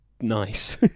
nice